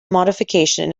modification